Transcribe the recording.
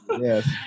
Yes